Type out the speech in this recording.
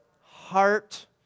heart